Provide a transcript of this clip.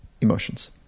emotions